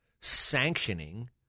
sanctioning